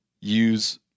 use